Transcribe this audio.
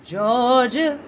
Georgia